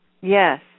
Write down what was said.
Yes